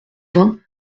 vingts